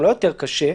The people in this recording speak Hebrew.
לא יותר קשה.